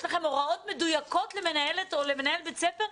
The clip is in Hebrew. לכם הוראות מדויקות למנהלת או למנהל בית ספר,